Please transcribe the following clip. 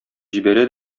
җибәрә